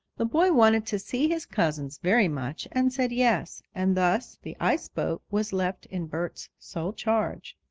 the boy wanted to see his cousins very much and said yes and thus the ice boat was left in bert's sole charge.